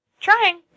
Trying